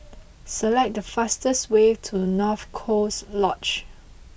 select the fastest way to North Coast Lodge